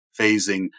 phasing